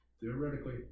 Theoretically